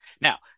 Now